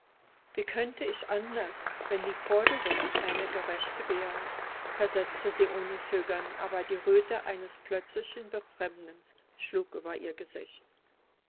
wie könnte ich anders wenn die forderung eine gerechte wäre versetzte sie ohne zögern aber die röte eines plötzlichen befremdens schlug über ihr gesicht